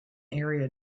area